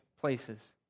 places